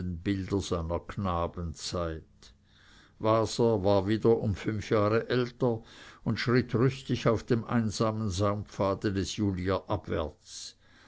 bilder seiner knabenzeit waser war wieder um fünf jahre älter und schritt rüstig auf dem einsamen saumpfade des julier abwärts